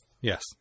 Yes